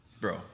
Bro